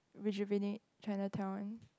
rejuvenate Chinatown